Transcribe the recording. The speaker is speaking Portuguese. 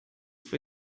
foi